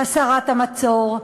הסרת המצור,